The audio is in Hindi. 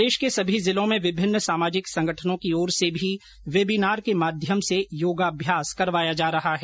प्रदेश के सभी जिलों में विभिन्न सामाजिक संगठनों की ओर से भी वेबीनार के माध्यम से योगाभ्यास करवाया जा रहा है